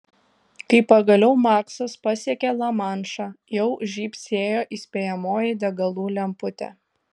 kai pagaliau maksas pasiekė lamanšą jau žybsėjo įspėjamoji degalų lemputė